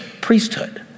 priesthood